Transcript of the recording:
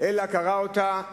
אלא קרא אותה "יראה".